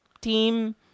team